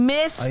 Miss